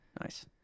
Nice